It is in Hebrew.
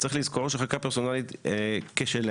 צריך לזכור שחקיקה פרסונלית כשלעצמה